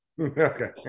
Okay